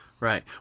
Right